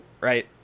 right